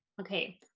Okay